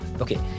Okay